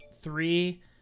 three